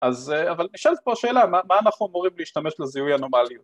‫אבל נשאלת פה השאלה, ‫מה אנחנו אמורים להשתמש לזיהוי הנומליות?